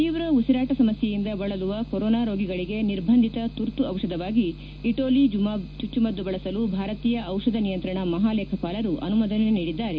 ತೀವ್ರ ಉಸಿರಾಟ ಸಮಸ್ಯೆಯಿಂದ ಬಳಲುವ ಕೊರೋನಾ ರೋಗಿಗಳಿಗೆ ನಿರ್ಬಂಧಿತ ತುರ್ತು ಔಷಧವಾಗಿ ಇಟೊಲಿಜುಮಾಬ್ ಚುಚುಮದ್ದು ಬಳಸಲು ಭಾರತೀಯ ಔಷಧ ನಿಯಂತ್ರಣ ಮಹಾಲೇಖಪಾಲರು ಅನುಮೋದನೆ ನೀದಿದ್ದಾರೆ